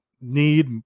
need